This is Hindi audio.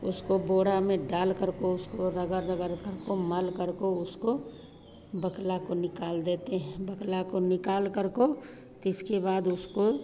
उसको बोरा में डालकर को उसको रगड़ रगड़ करको मल करको उसके बकला को निकाल देते हैं बकला को निकालकर को तिसके बाद उसको